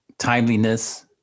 timeliness